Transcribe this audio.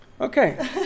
Okay